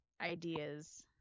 ideas